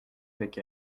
avec